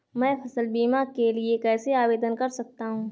मैं फसल बीमा के लिए कैसे आवेदन कर सकता हूँ?